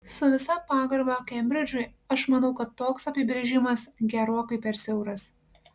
su visa pagarba kembridžui aš manau kad toks apibrėžimas gerokai per siauras